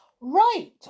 Right